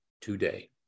today